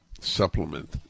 supplement